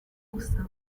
gusaba